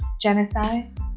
genocide